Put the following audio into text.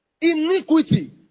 iniquity